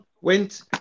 went